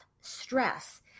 stress